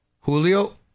Julio